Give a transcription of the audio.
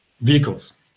vehicles